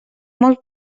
molt